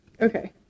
Okay